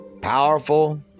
powerful